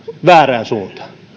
väärään suuntaan